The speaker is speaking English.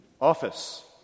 office